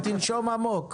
בתמיכה ישירה שלכם בבריאות,